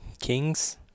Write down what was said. Kings